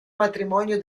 matrimonio